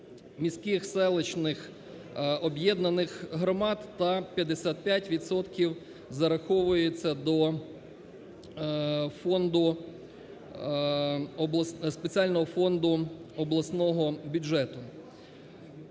міських, селищних об'єднаних громад та 55 відсотків зараховується до фонду… спеціального фонду обласного бюджету.